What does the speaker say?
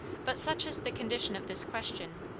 but such is the condition of this question,